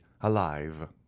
alive